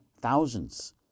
thousands